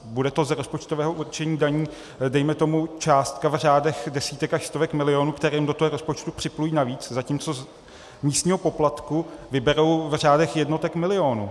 Bude to z rozpočtového určení daní dejme tomu částka v řádech desítek až stovek milionů, které jim do toho rozpočtu připlují navíc, zatímco z místního poplatku vyberou v řádech jednotek milionů.